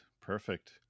perfect